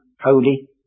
holy